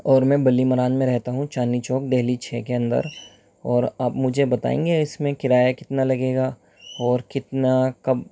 اور میں بلی ماران میں رہتا ہوں چاندنی چوک دہلی چھ کے اندر اور آپ مجھے بتائیں گے اس میں کرایہ کتنا لگے گا اور کتنا کب